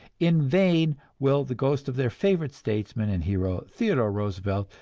in vain will the ghost of their favorite statesman and hero, theodore roosevelt,